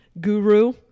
guru